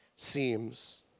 seems